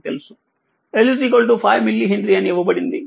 L five millihenry అని ఇవ్వబడినది